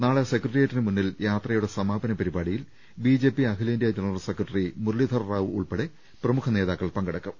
നാളെ സെക്രട്ടേറിയറ്റിന് മുന്നിൽ യാത്രയുടെ സമാപന പരിപാടിയിൽ ബി ജെ പി അഖിലേന്ത്യാ ജനറൽ സെക്രട്ടറി മുരളീധരറാവു ഉൾപ്പെടെ പ്രമുഖ നേതാക്കൾ പങ്കെടുക്കും